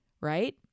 right